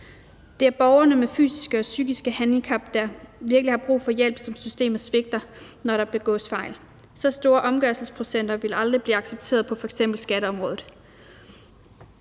Det er borgerne med fysiske og psykiske handicap, der virkelig har brug for hjælp, som systemet svigter, når der begås fejl. Så store omgørelsesprocenter ville aldrig blive accepteret på f.eks. skatteområdet.